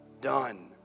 done